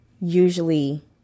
usually